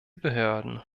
behörden